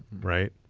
right.